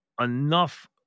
enough